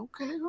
okay